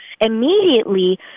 immediately